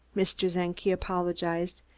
mr. czenki apologized.